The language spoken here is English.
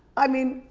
i mean,